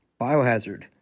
Biohazard